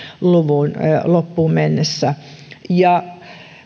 luvun loppuun mennessä ja